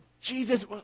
Jesus